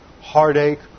heartache